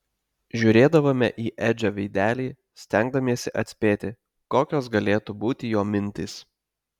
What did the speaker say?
žiūrėdavome į edžio veidelį stengdamiesi atspėti kokios galėtų būti jo mintys